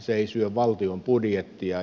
se ei syö valtion budjettia